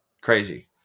crazy